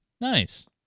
Nice